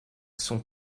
sont